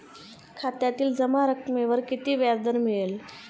खात्यातील जमा रकमेवर किती व्याजदर मिळेल?